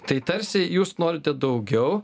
tai tarsi jūs norite daugiau